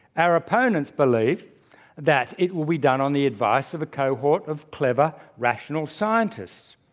our opponents believe that it will be done on the advice of a cohort of clever, rational scientists.